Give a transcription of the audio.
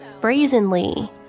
brazenly